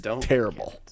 terrible